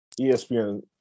ESPN